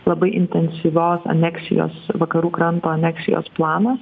labai intensyvios aneksijos vakarų kranto aneksijos planas